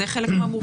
זה חלק מהמורכבות.